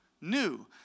new